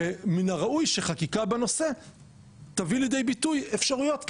ומן הראוי שחקיקה בנושא תביא לידי ביטוי אפשרויות כאלה.